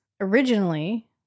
originally